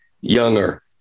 younger